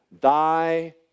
thy